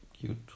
cute